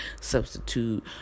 substitute